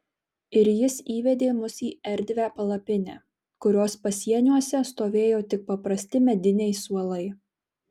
ir jis įvedė mus į erdvią palapinę kurios pasieniuose stovėjo tik paprasti mediniai suolai